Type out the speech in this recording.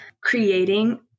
creating